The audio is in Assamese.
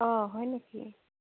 অঁ হয় নেকি